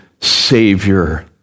Savior